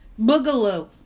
Boogaloo